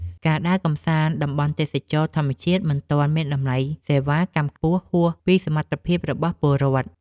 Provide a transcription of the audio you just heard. ការដើរកម្សាន្តតាមតំបន់ទេសចរណ៍ធម្មជាតិមិនទាន់មានតម្លៃសេវាកម្មខ្ពស់ហួសពីសមត្ថភាពរបស់ពលរដ្ឋ។